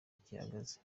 gihagaze